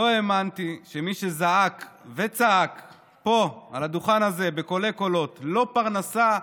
לא האמנתי שמי שזעק וצעק פה על הדוכן הזה בקולי-קולות: לא פרנסה,